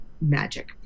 magic